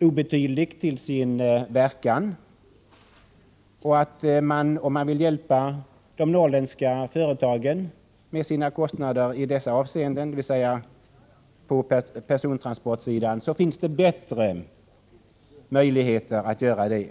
obetydligt till sin verkan. Om man vill hjälpa de norrländska företagen med deras kostnader på persontransportsidan, finns det bättre möjligheter att göra det.